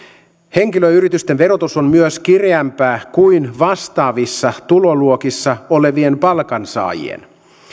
henkilöyritysten verotus on myös kireämpää kuin vastaavissa tuloluokissa olevien palkansaajien